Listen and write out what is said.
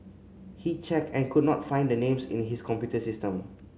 he checked and could not find the names in his computer system